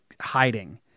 hiding